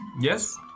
Yes